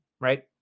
right